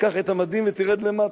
קח את המדים ותרד למטה.